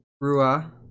Rua